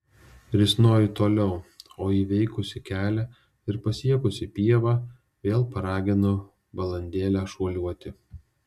risnoju toliau o įveikusi kelią ir pasiekusi pievą vėl paraginu balandėlę šuoliuoti